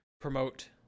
promote